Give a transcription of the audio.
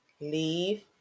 Leave